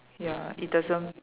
ya it doesn't